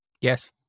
Yes